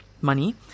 money